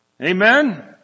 Amen